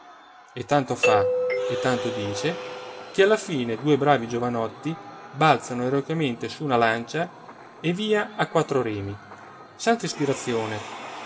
e tanto fa e tanto dice che alla fine due bravi giovanotti balzano eroicamente su una lancia e via a quattro remi santa ispirazione